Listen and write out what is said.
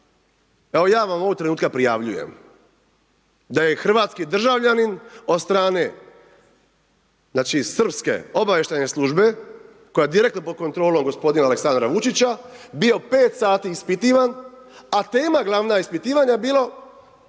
Evo ja vam ovog trenutka prijavljujem, da je hrvatski državljanin od strane, znači Srpske obavještajne službe koja je direktno pod kontrolom gospodina Aleksandra Vučića bio 5 sati ispitivan, a tema glavna ispitivanja je bilo